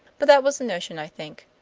but that was the notion, i think.